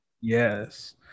yes